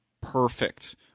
perfect